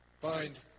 find